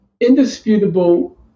indisputable